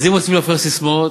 אז אם רוצים להפריח ססמאות,